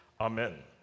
Amen